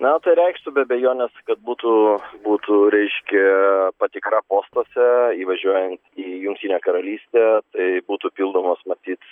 na tai reikštų be abejonės kad būtų būtų reiškia patikra postuose įvažiuojant į jungtinę karalystę tai būtų pildomos matyt